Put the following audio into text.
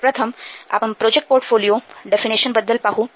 तर प्रथम आपण प्रोजेक्ट पोर्टफोलिओ डेफिनिशन बद्दल पाहू